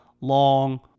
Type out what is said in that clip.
long